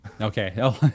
Okay